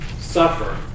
suffer